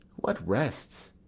what rests?